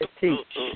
teach